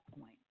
point